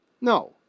No